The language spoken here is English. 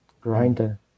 grinder